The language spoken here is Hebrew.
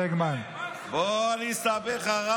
בוא אני אספר לך.